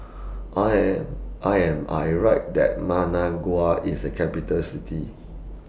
I Am I Am I Right that Managua IS A Capital City